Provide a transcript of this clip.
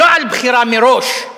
לא על בחירה מראש.